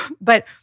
But-